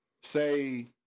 say